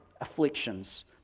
afflictions